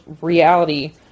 reality